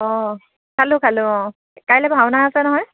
অঁ খালোঁ খালোঁ অঁ কাইলৈ ভাওনা আছে নহয়